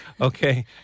Okay